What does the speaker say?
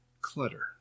clutter